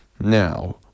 Now